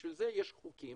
בשביל זה יש חוקים